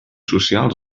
socials